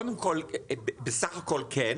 הם, קודם כל, בסך הכל כן.